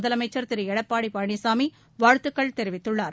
முதலமைச்சர் திரு எடப்பாடி பழனிசாமி வாழ்த்துக்கள் தெரிவித்துள்ளார்